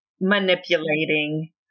manipulating